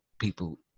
people